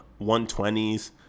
120s